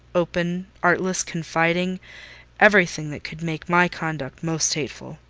open, artless, confiding everything that could make my conduct most hateful.